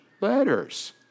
letters